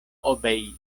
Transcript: obeis